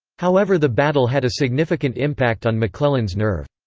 however the battle had a significant impact on mcclellan's nerve.